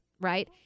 right